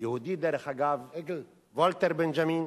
דרך אגב יהודי, ולטר בנימין,